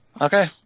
Okay